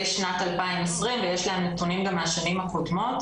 שנת 2020 ויש להם נתונים גם מהשנים הקודמות,